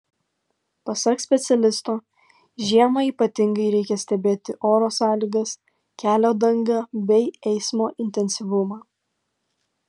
pasak specialisto žiemą ypatingai reikia stebėti oro sąlygas kelio dangą bei eismo intensyvumą